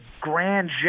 grand